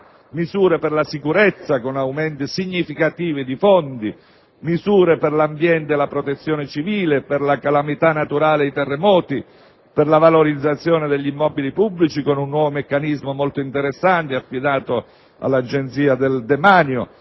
misure per la sicurezza con aumenti significativi di fondi; misure per l'ambiente e la protezione civile, per le calamità naturali e i terremoti, per la valorizzazione degli immobili pubblici con un nuovo meccanismo molto interessante affidato all'Agenzia del demanio;